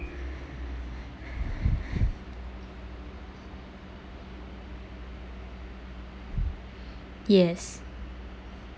yes